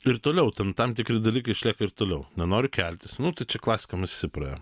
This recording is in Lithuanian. ir toliau ten tam tikri dalykai išlieka ir toliau nenori keltis nu tai čia klasika mes visi praėjom